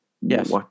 Yes